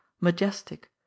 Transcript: majestic